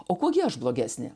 o kuo gi aš blogesnė